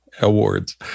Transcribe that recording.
awards